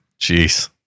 Jeez